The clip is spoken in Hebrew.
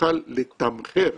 תוכל לתמחר